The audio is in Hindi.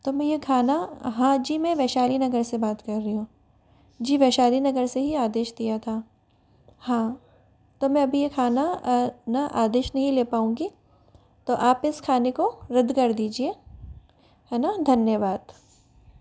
तो मैं ये खाना हाँ जी मैं वैशाली नगर से बात कर रही हूँ जी वैशाली नगर से ही आदेश दिया था हाँ तो मैं अभी ये खाना ना आदेश नहीं ले पाऊंगी तो आप इस खाने को रद्द कर दीजिए है ना धन्यवाद